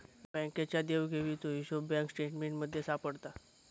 बँकेच्या देवघेवीचो हिशोब बँक स्टेटमेंटमध्ये सापडता